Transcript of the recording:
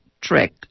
trick